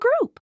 group